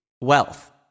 Wealth